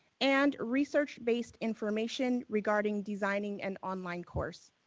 and research-based information regarding designing an online course.